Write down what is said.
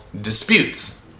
disputes